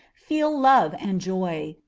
feel love and joy,